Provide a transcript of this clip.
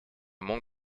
mont